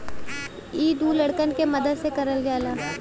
इ दू लड़कन के मदद से करल जाला